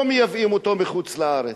לא מייבאים אותו מחוץ-לארץ.